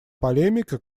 полемика